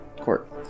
Court